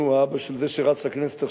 אבא של זה שרץ לכנסת עכשיו,